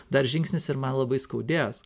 dar žingsnis ir man labai skaudės